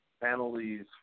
penalties